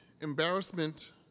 embarrassment